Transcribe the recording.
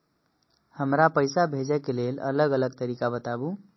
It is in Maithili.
हमरा पैसा भेजै के लेल अलग अलग तरीका बताबु?